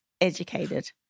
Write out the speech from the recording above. educated